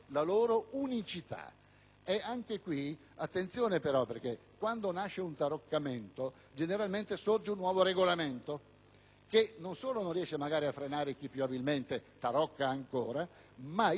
questo caso attenzione, però, perché quando nasce un taroccamento generalmente segue un nuovo regolamento, che non solo non riesce magari a frenare chi più abilmente tarocca ancora, ma impone nuovi lacci e